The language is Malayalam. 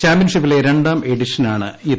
ചാമ്പ്യൻഷിപ്പിലെ രണ്ടാം എഡിഷനാണ് ഇത്